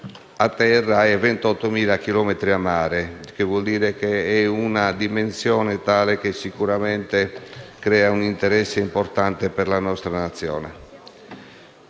a terra e 28.000 chilometri a mare: una dimensione tale che sicuramente crea un interesse importante per la nostra Nazione.